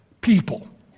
people